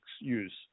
use